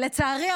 לצערי,